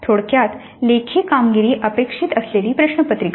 थोडक्यात लेखी कामगिरी अपेक्षित असेलली प्रश्नपत्रिका